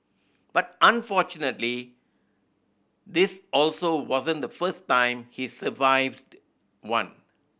but unfortunately this also wasn't the first time he survived one